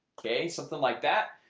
ok, something like that.